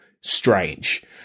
strange